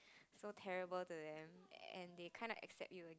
so terrible to them and they kind of accept you again